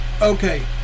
Okay